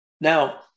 Now